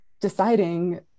deciding